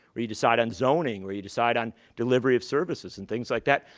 where you decide on zoning, where you decide on delivery of services and things like that.